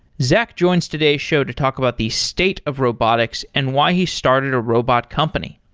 zach joins today's show to talk about the state of robotics and why he started a robot company.